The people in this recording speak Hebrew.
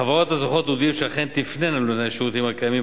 החברות הזוכות הודיעו שאכן תפנינה לנותני השירותים הקיימים